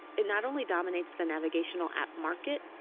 it not only dominates the navigational app market,